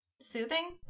Soothing